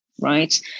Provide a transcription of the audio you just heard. right